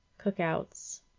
cookouts